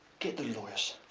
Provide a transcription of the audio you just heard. get lewis.